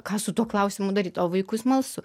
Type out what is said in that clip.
ką su tuo klausimu daryt o vaikui smalsu